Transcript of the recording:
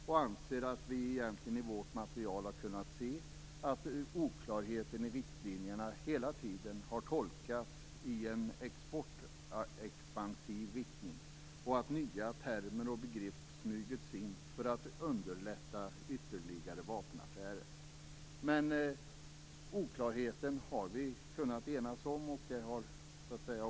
Jag anser att vi egentligen i vårt material har kunnat se att oklarheten i riktlinjerna hela tiden har tolkats i en exportexpansiv riktning och att nya termer och begrepp smugits in för att underlätta ytterligare vapenaffärer. Men oklarheten har vi kunnat enas om.